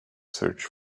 search